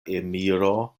emiro